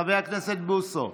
חבר הכנסת בוסו,